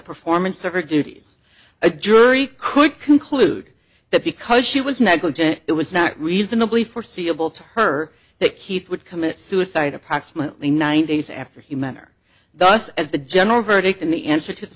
duties a jury could conclude that because she was negligent it was not reasonably foreseeable to her that keith would commit suicide approximately nine days after he met her thus and the general verdict in the answer to the